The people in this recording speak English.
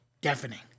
deafening